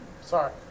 Sorry